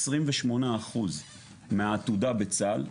28 אחוזים מהעתודה בצה"ל,